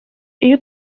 iyo